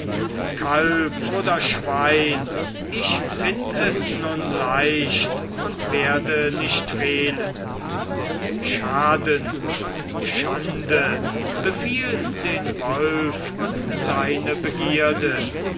kalb oder schwein ich find es nun leicht und werde nicht fehlen schaden und schande befiel den wolf und seine begierde